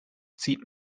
zieht